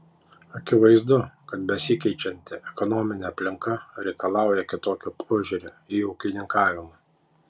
akivaizdu kad besikeičianti ekonominė aplinka reikalauja kitokio požiūrio į ūkininkavimą